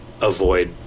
avoid